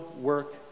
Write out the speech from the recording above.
work